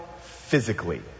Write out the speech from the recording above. physically